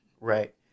Right